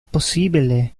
possibile